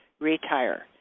Retire